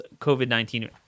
COVID-19